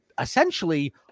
essentially